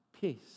Peace